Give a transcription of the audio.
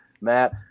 Matt